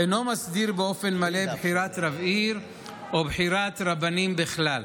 אינו מסדיר באופן מלא בחירת רב עיר או בחירת רבנים בכלל.